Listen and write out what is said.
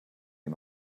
ihm